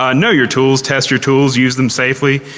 ah know your tools, test your tools, use them safely.